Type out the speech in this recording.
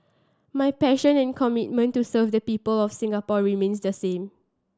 my passion and commitment to serve the people of Singapore remains the same